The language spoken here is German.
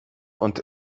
und